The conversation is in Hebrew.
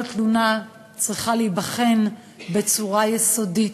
כל תלונה צריכה להיבחן בצורה יסודית,